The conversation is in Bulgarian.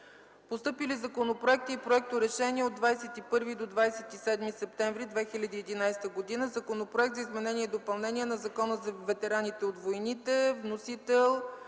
Постъпили законопроекти и проекторешения от 21 до 27 септември 2011 г.: - Законопроект за изменение и допълнение на Закона за ветераните от войните.